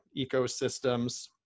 ecosystems